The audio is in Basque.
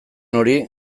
hori